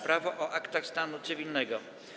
Prawo o aktach stanu cywilnego.